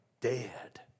dead